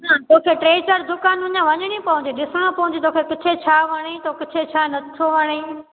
तोखे टे चार दुकान में वञणी पवंदो ॾिसणो पवंदो तुखे किते छा वणे थो किते छा नथो वणे